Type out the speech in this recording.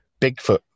Bigfoot